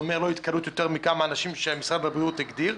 לא בהתקהלות של יותר אנשים ממה שמשרד הבריאות הגדיר,